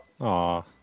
Aw